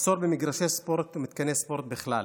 מחסור במגרשי ספורט ומתקני ספורט בכלל.